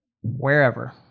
wherever